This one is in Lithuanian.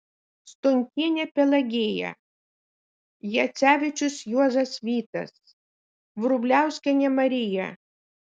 stonkienė pelagėja jacevičius juozas vytas vrubliauskienė marija